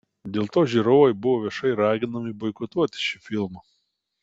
dėl to žiūrovai buvo viešai raginami boikotuoti šį filmą